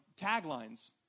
taglines